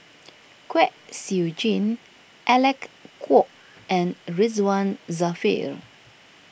Kwek Siew Jin Alec Kuok and Ridzwan Dzafir